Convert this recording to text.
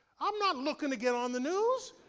i'm not looking to get on the news.